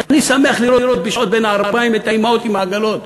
אני שמח לראות בשעות בין הערביים את האימהות עם העגלות,